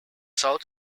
south